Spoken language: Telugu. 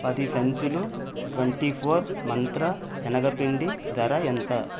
పది సంచులు ట్వెంటీ ఫోర్ మంత్ర శనగ పిండి ధర ఎంత